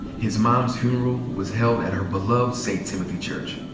his mom's funeral was held at her beloved st. timothy church.